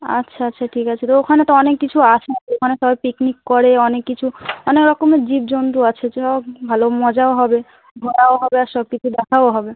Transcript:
আচ্ছা আচ্ছা ঠিক আছে তো ওখানে তো অনেক কিছু আছে ওখানে সবাই পিকনিক করে অনেক কিছু অনেক রকমের জীবজন্তু আছে চ ভালো মজাও হবে ঘোরাও হবে আর সব কিছু দেখাও হবে